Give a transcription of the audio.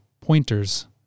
pointers